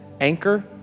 anchor